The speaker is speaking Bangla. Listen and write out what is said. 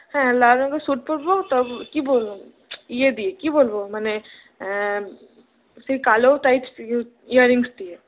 হ্যাঁ লাল রঙের স্যুট পরবো তা কি বলবো ইয়ে দিয়ে কি বলবো মানে সেই কালো টাইপস ইয়াররিংস দিয়ে